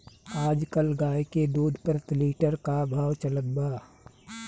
आज कल गाय के दूध प्रति लीटर का भाव चलत बा?